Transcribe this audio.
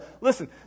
listen